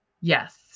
Yes